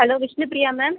hello Vishnupriya ma'am